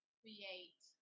create